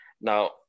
Now